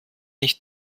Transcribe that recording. nicht